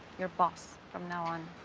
your boss from now on.